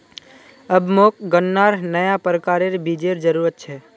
अब मोक गन्नार नया प्रकारेर बीजेर जरूरत छ